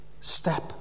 step